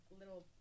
little